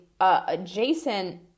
adjacent